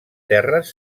terres